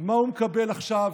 מה הוא מקבל עכשיו,